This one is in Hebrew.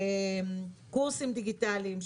קורסים דיגיטליים,